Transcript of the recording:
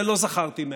את זה לא זכרתי מאז.